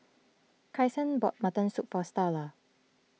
Kyson bought Mutton Soup for Starla